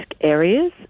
areas